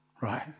right